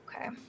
Okay